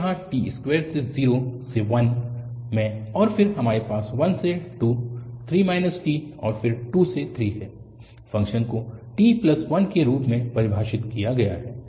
तो यहाँ t2 को 0 से 1 में और फिर हमारे पास 1 से 2 3 t और फिर 2 से 3 है फ़ंक्शन को t1 के रूप में परिभाषित किया गया है